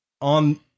on